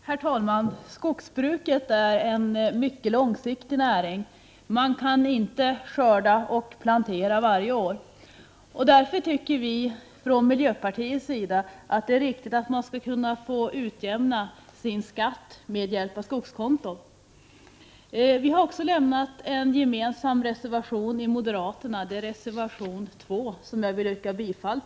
Herr talman! Skogsbruket är en mycket långsiktig näring, man kan inte skörda och plantera varje år. Därför tycker miljöpartiet att det är riktigt att man skall kunna utjämna sin skatt med hjälp av skogskonto. Vi har också en | reservation, nr 2, gemensam med moderaterna, och jag yrkar härmed bifall till den reservationen.